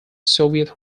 soviet